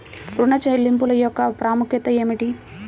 ఋణ చెల్లింపుల యొక్క ప్రాముఖ్యత ఏమిటీ?